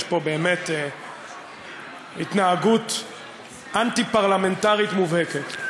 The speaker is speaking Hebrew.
יש פה באמת התנהגות אנטי-פרלמנטרית מובהקת.